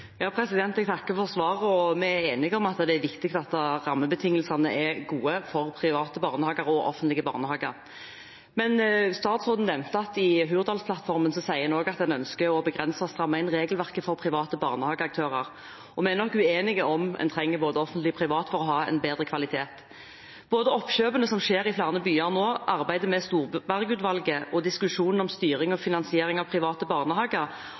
Jeg takker for svaret. Vi er enige om at det er viktig at rammebetingelsene er gode for private og offentlige barnehager. Men statsråden nevnte at en i Hurdalsplattformen også sier at en ønsker å begrense og stramme inn regelverket for private barnehageaktører. Vi er nok uenige om en trenger både offentlige og private for å ha en bedre kvalitet. Både oppkjøpene som skjer i flere byer nå, arbeidet med Storberget-utvalget og diskusjonen om styring og finansiering av private barnehager